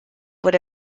would